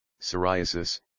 psoriasis